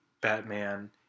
Batman